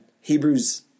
Hebrews